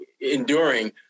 enduring